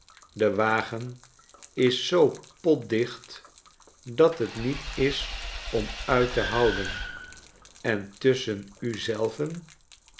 de wagen is zoo potdicht dat het niet is om uit te houden en tusschen u zelven